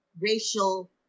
racial